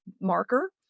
marker